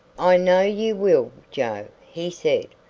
i know you will, joe, he said.